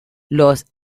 los